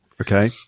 Okay